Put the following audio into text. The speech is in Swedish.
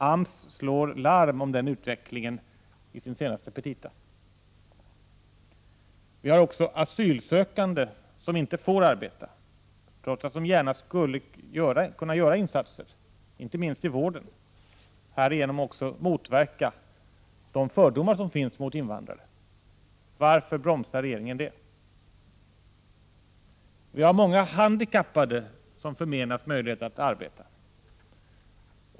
AMS slår larm om den utvecklingen i sin senaste petita. Vi har också asylsökande som inte får arbeta, trots att de mycket väl skulle kunna göra insatser — inte minst inom vården. Härigenom skulle de fördomar som finns mot invandrare kunna motverkas. Varför bromsar regeringen? Vi har många handikappade som förmenas möjligheten att arbeta.